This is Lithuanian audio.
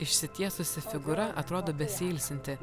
išsitiesusi figūra atrodo besiilsinti